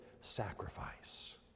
sacrifice